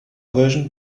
version